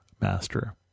master